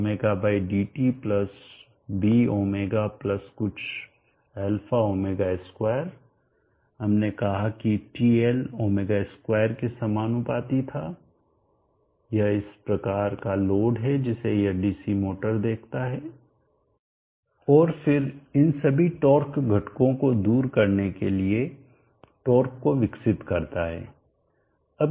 dωdt plus Bω plus कुछ α ω2 हमने कहा कि TL ω2 के समानुपाती था यह इस प्रकार का लोड है जिसे यह डीसी मोटर देखता है और फिर इन सभी टॉर्क घटकों को दूर करने के लिए टॉर्क को विकसित करता है